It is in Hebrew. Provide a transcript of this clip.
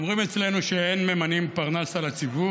אומרים אצלנו שאין ממנים פרנס על הציבור